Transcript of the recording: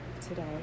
today